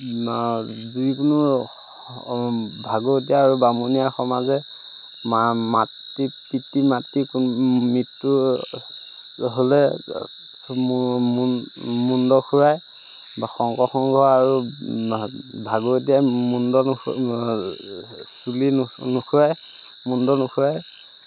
যিকোনো ভাগৱতীয়া আৰু বামুণীয়া সমাজে মাতৃ পিতৃ মাতৃ কোনো মৃত্যু হ'লে মুণ্ড খোৰাই বা শংকৰসংঘ আৰু ভাগৱতীয়াই চুলি নুখোৰাই মুণ্ড নোখোৰায়